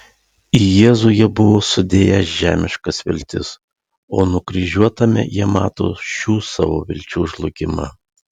į jėzų jie buvo sudėję žemiškas viltis o nukryžiuotame jie mato šių savo vilčių žlugimą